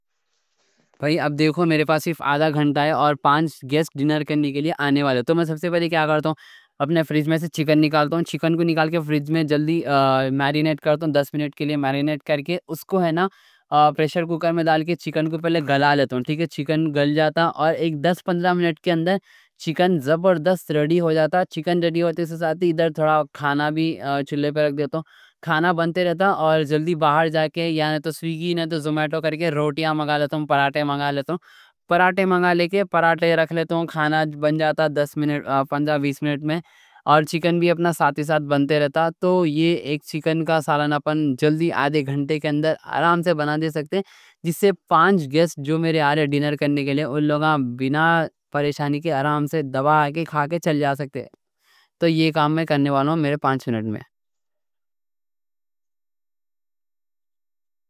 اب دیکھو میرے پاس صرف آدھا گھنٹا ہے اور پانچ گیسٹ ڈنر کے لیے آنے والے ہیں تو میں سب سے پہلے اپنے فریج میں سے چکن نکالتا ہوں، چکن کو نکال کے فریج میں جلدی مارینیٹ کرتا ہوں، دس منٹ کے لیے مارینیٹ کر کے اس کو ہے نا پریشر کوکر میں ڈال کے چکن کو پہلے گلاتا ہوں چکن گل جاتا اور ایک دس پندرہ منٹ کے اندر چکن زبردست ریڈی ہو جاتا چکن ریڈی ہوتے ساتھ ادھر تھوڑا کھانا بھی چولہے پہ رکھ دیتا ہوں، کھانا بنتے رہتا اور جلدی باہر جا کے یعنی تو سوگی یا تو زومیٹو کر کے روٹیاں منگا لیتا ہوں، پراٹھے منگا لیتا ہوں، پراٹھے منگا لے کے پراٹھے رکھ لیتا ہوں کھانا بن جاتا دس منٹ پندرہ بیس منٹ میں، اور چکن بھی اپنا ساتھ ساتھ بنتے رہتا تو یہ ایک چکن کا سالنا پن جلدی آدھے گھنٹے کے اندر آرام سے بنا دے سکتے ہیں، جس سے پانچ گیسٹ جو میرے آ رہے ڈنر کرنے کے لیے ان لوگاں بینا پریشانی کے آرام سے دبا کے کھا کے چل جا سکتے ہیں تو یہ کام میں کرنے والا ہوں، میرے پانچ منٹ میں